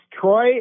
Troy